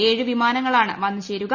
ഏഴ് വിമാനങ്ങളാണ് വന്ന് ചേരുക